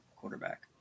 quarterback